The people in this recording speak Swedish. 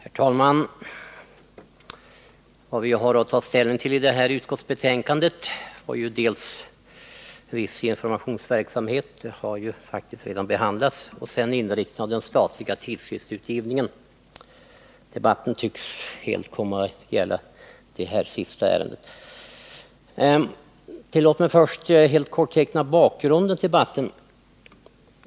Herr talman! Vad vi har att ta ställning till när det gäller detta utskottsbetänkande är viss informationsverksamhet — det har ju faktiskt redan behandlats — och inriktningen av den statliga tidskriftsutgivningen. Debatten tycks helt komma att gälla det sistnämnda ärendet. Tillåt mig att först helt kort teckna bakgrunden till debatten.